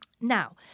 Now